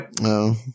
No